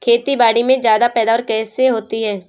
खेतीबाड़ी में ज्यादा पैदावार कैसे होती है?